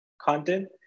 content